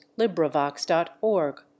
LibriVox.org